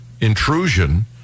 intrusion